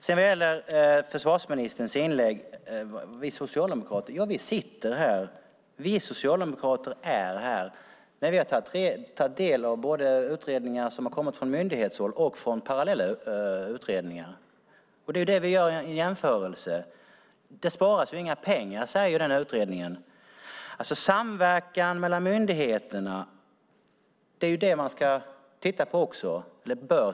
När det gäller försvarsministerns inlägg vill jag säga att ja, vi socialdemokrater sitter här, vi socialdemokrater finns här. Vi har tagit del av utredningar som kommit från myndighetshåll och av parallella utredningar, och det är dem vi jämför. Det sparas inga pengar, säger utredningen. Man ska, eller bör, titta på samverkan mellan myndigheterna.